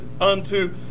unto